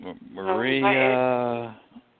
Maria